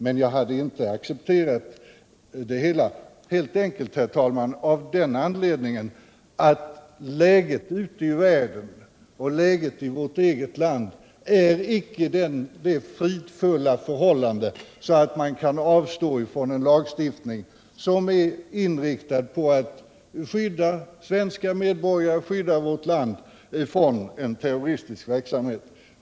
Men jag hade inte accepterat det hela ändå, helt enkelt av den anledningen att förhållandena ute i världen och i vårt eget land icke är så fridfulla att man kan avstå från en lagstiftning som är inriktad på att skydda svenska medborgare och vårt land från terroristisk verksamhet.